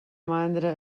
mandra